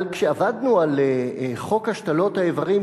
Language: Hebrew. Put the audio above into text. אבל כשעבדנו על חוק השתלות האיברים,